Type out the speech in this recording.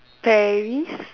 Paris